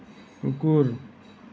কুকুৰ